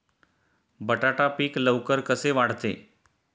बटाटा पीक लवकर कसे वाढते?